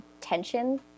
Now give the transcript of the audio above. tension